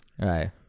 right